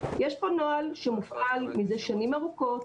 יש פה נוהל שמופעל מזה שנים ארוכות,